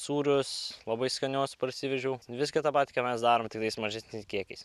sūrius labai skanius parsivežiau viską tą patį ką mes darom tiktai mažesniais kiekiais